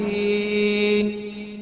the